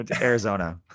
Arizona